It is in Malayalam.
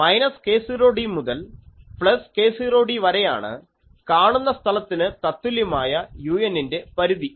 മൈനസ് k0d മുതൽ പ്ലസ് k0d വരെയാണ് കാണുന്ന സ്ഥലത്തിന് തത്തുല്യമായ u ന്റെ പരിധി